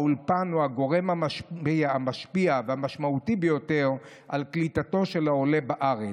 האולפן הוא הגורם המשפיע והמשמעותי ביותר על קליטתו של העולה בארץ.